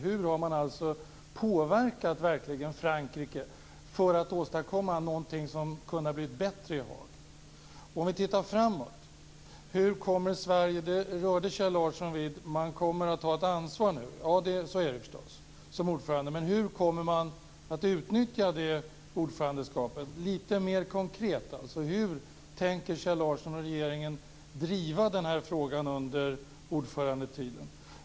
Hur har man påverkat Frankrike för att åstadkomma någonting som hade kunnat bli bättre i Haag? Vi tittar framåt: Kjell Larsson berörde att Sverige kommer att ta ansvar som ordförande. Hur kommer man mer konkret att utnyttja ordförandeskapet? Hur tänker sig Larsson och regeringen driva frågan under ordförandetiden?